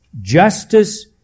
justice